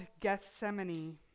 Gethsemane